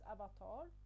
Avatar